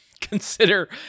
consider